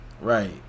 Right